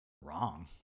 wrong